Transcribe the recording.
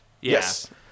Yes